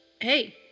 Hey